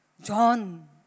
John